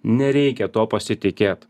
nereikia tuo pasitikėt